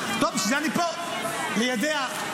בשביל זה אני פה, ליידע.